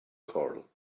choral